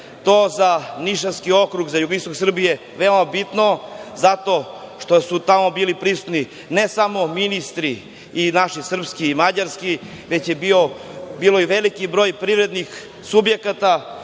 to za Nišavski okrug, za jugoistok Srbije veoma bitno, zato što su tamo bili prisutni ne samo ministri i naši srpski i mađarski, već je bio i veliki broj privrednih subjekata